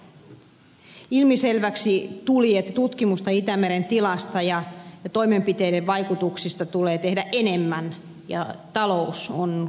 ilmiselväksi tuli että tutkimusta itämeren tilasta ja toimenpiteiden vaikutuksista tulee tehdä enemmän ja talous on kytkettävä tähän tutkimukseen